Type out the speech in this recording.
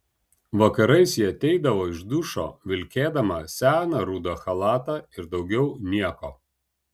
vakarais ji ateidavo iš dušo vilkėdama seną rudą chalatą ir daugiau nieko